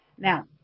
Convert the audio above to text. Now